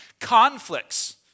Conflicts